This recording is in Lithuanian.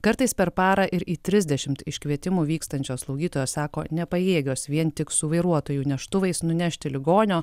kartais per parą ir į trisdešimt iškvietimų vykstančios slaugytojos sako nepajėgios vien tik su vairuotoju neštuvais nunešti ligonio